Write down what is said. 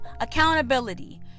accountability